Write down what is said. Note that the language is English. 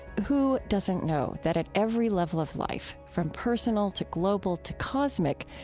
who doesn't know that at every level of life, from personal to global to cosmic,